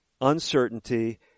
uncertainty